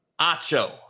Acho